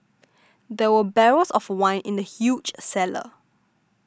there were barrels of wine in the huge cellar